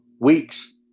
weeks